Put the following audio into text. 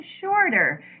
shorter